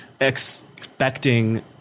expecting